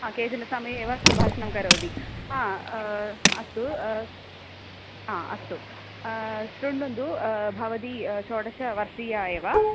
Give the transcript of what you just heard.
केचन समये एव सम्भाषणं करोति अस्तु अस्तु शृण्वन्तु भवती षोडशवर्षीया एव